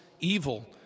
evil